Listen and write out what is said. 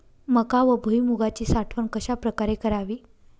मका व भुईमूगाची साठवण कशाप्रकारे करावी?